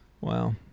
wow